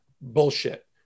bullshit